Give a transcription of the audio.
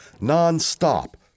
non-stop